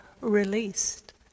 released